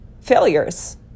failures